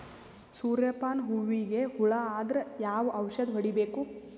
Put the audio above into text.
ಸೂರ್ಯ ಪಾನ ಹೂವಿಗೆ ಹುಳ ಆದ್ರ ಯಾವ ಔಷದ ಹೊಡಿಬೇಕು?